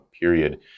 period